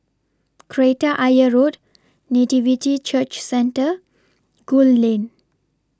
Kreta Ayer Road Nativity Church Centre Gul Lane